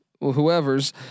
whoever's